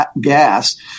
gas